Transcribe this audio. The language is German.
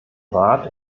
rat